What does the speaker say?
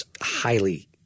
highly